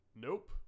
nope